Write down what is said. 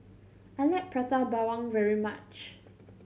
I like Prata Bawang very much